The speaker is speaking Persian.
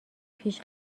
پیش